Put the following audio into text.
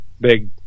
big